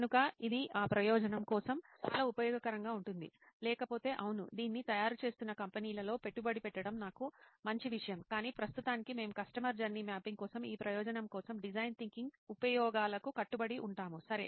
కనుక ఇది ఆ ప్రయోజనం కోసం చాలా ఉపయోగకరంగా ఉంటుంది లేకపోతే అవును దీన్ని తయారు చేస్తున్న కంపెనీలలో పెట్టుబడి పెట్టడం నాకు మంచి విషయం కానీ ప్రస్తుతానికి మేము కస్టమర్ జర్నీ మ్యాపింగ్ కోసం ఈ ప్రయోజనం కోసం డిజైన్ థింకింగ్ ఉపయోగాలకు కట్టుబడి ఉంటాము సరే